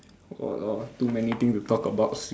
!walao! too many thing to talk about [siol]